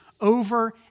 over